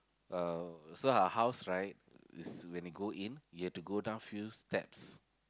uh so her house right is when you go in you have to go down few steps